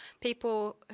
people